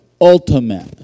ultimate